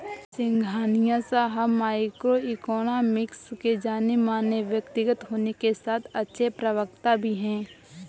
सिंघानिया साहब microeconomics के जानेमाने व्यक्तित्व होने के साथ अच्छे प्रवक्ता भी है